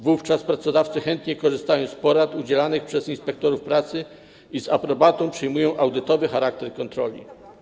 Wówczas pracodawcy chętnie korzystają z porad udzielanych przez inspektorów pracy i z aprobatą przyjmują audytowy charakter kontroli.